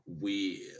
we-